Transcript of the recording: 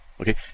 Okay